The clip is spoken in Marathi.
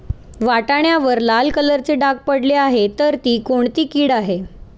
वाटाण्यावर लाल कलरचे डाग पडले आहे तर ती कोणती कीड आहे?